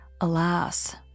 Alas